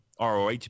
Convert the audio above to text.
roh